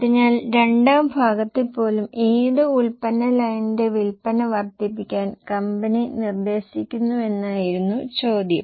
അതിനാൽ രണ്ടാം ഭാഗത്തിൽ പോലും ഏത് ഉൽപ്പന്ന ലൈനിന്റെ വിൽപ്പന വർദ്ധിപ്പിക്കാൻ കമ്പനി നിർദ്ദേശിക്കുന്നുവെന്നായിരുന്നു ചോദ്യം